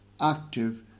active